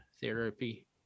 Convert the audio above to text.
therapy